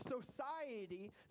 society